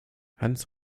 hans